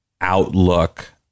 outlook